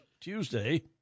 Tuesday